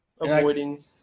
Avoiding